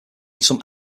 some